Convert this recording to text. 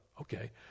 okay